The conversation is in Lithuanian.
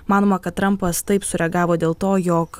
manoma kad trampas taip sureagavo dėl to jog